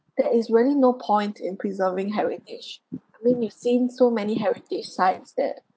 there is really no point in preserving heritage l mean you seen so many heritage sites that